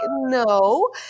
No